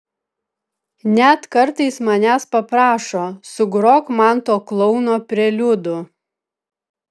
net kartais manęs paprašo sugrok man to klouno preliudų